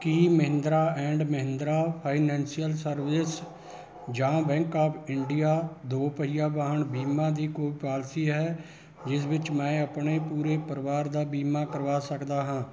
Ki Mahindra and Mahindra financial service ਜਾਂ bank of India ਦੋ ਪਹੀਆ ਵਾਹਨ ਬੀਮਾ ਦੀ ਕੋਈ ਪਾਲਿਸੀ ਹੈ ਜਿਸ ਵਿੱਚ ਮੈਂ ਆਪਣੇ ਪੂਰੇ ਪਰਿਵਾਰ ਦਾ ਬੀਮਾ ਕਰਵਾ ਸਕਦਾ ਹਾਂ